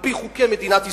על-פי חוקי מדינת ישראל,